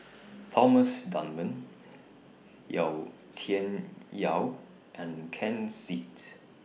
Thomas Dunman Yau Tian Yau and Ken Seet